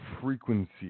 frequency